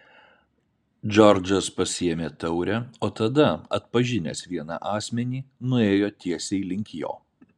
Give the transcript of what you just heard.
džordžas pasiėmė taurę o tada atpažinęs vieną asmenį nuėjo tiesiai link jo